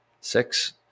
six